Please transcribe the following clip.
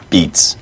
Beats